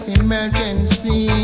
emergency